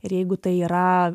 ir jeigu tai yra